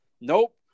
Nope